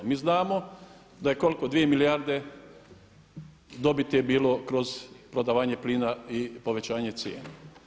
Mi znamo da je, koliko, dvije milijarde dobiti je bilo kroz prodavanje plina i povećanje cijena.